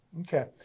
Okay